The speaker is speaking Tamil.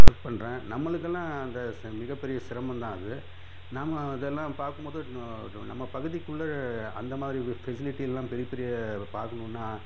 ஒர்க் பண்ணுறேன் நம்மளுக்கெல்லாம் அந்த மிகப்பெரிய சிரமம்தான் அது நம்ம அதல்லாம் பார்க்கும்போது நம்ம பகுதிக்குள்ளே அந்த மாதிரி ஃபெசிலிட்டி எல்லாம் பெரிய பெரிய பார்க்குணுன்னா